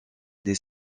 des